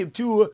two